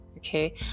Okay